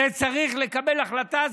בזה צריך לקבל החלטה,